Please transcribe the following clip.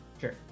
sure